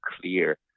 clear